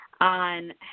on